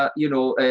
ah you know,